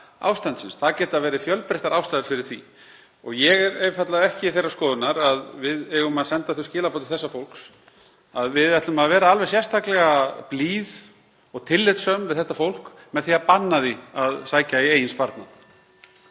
ástandsins. Það geta verið fjölbreyttar ástæður fyrir því. Ég er ekki þeirrar skoðunar að við eigum að senda þau skilaboð til þess fólks að við ætlum að vera alveg sérstaklega blíð og tillitssöm við það með því að banna því að sækja í eigin sparnað.